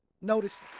Notice